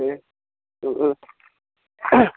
दे औ औ